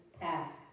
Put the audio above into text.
passed